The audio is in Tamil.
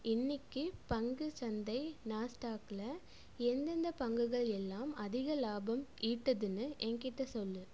இன்றைக்கி பங்குச் சந்தை நாஸ்டாக்கில் எந்தெந்த பங்குகள் எல்லாம் அதிக லாபம் ஈட்டுதுன்னு எங்கிட்ட சொல்லு